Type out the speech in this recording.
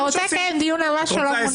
אתה רוצה לקיים דיון על מה שלא מונח?